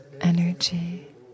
energy